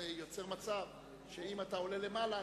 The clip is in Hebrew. זה יוצר מצב שאם אתה עולה למעלה,